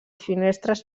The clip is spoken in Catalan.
finestres